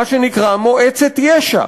מה שנקרא מועצת יש"ע.